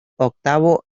octavo